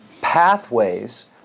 pathways